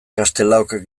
castelaok